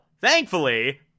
thankfully